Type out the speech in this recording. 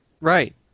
Right